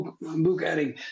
book-adding